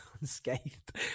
unscathed